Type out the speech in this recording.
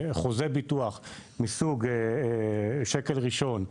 בחוזה ביטוח מסוג שקל ראשון,